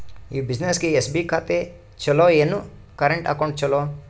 ಈ ಬ್ಯುಸಿನೆಸ್ಗೆ ಎಸ್.ಬಿ ಖಾತ ಚಲೋ ಏನು, ಕರೆಂಟ್ ಅಕೌಂಟ್ ಚಲೋ?